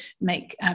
make